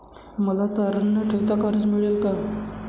मला तारण न ठेवता कर्ज मिळेल का?